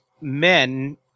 men